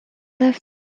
left